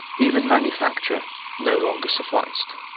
even manufacture no longer sufficed.